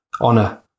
honor